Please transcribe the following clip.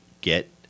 get